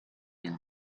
een